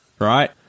Right